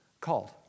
Called